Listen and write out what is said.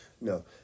No